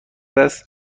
است